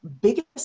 biggest